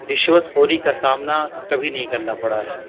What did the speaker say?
رشوت خوری کا سامنا کبھی نہیں کرنا پڑا ہے